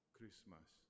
Christmas